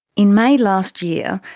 in may last year,